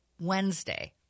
Wednesday